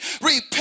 Repent